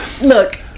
look